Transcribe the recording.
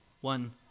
One